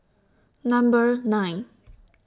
Number nine